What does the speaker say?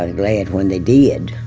and glad when they did.